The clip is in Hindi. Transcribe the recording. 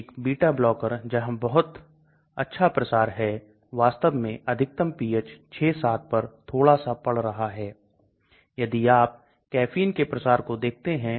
यदि LogP बहुत अधिक है अर्थात यह हाइड्रोफोबिक है तो यह lipid membrane से होकर गुजरेगा लेकिन घुलनशीलता खराब हो सकती है